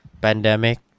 pandemic